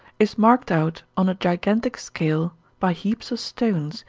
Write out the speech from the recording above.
is marked out on a gigantic scale by heaps of stones,